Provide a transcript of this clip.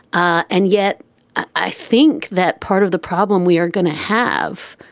and yet i think that part of the problem we are going to have,